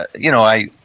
you know, i,